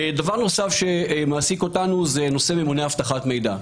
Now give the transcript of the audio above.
דבר נוסף שמעסיק אותנו, נושא ממונה אבטחת מידע.